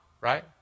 right